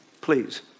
please